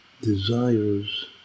desires